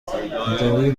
ادعای